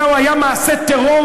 זה היה מעשה טרור